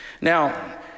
Now